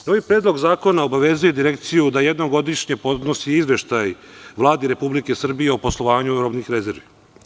Novi Predlog zakona obavezuje Direkciju da jednom godišnje podnosi izveštaj Vladi Republike Srbije o poslovanju robnih rezervi.